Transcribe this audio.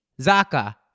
zaka